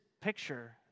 picture